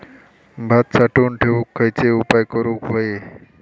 भात साठवून ठेवूक खयचे उपाय करूक व्हये?